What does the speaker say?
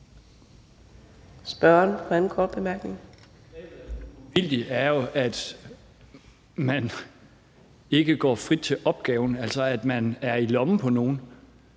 spørgsmål,